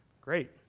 Great